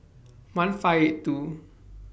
one five eight two